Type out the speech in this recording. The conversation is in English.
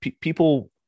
people